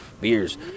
beers